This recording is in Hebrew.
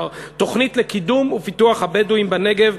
תוכנית לקידום ופיתוח הבדואים בנגב,